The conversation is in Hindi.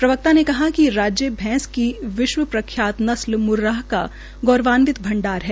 प्रवक्ता ने कहा कि राज्य भैंस की विश्व प्रख्यात नस्ल मुरराह का गौरवान्वित भंडार है